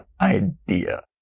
idea